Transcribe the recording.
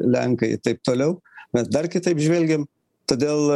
lenkai taip toliau mes dar kitaip žvelgiam todėl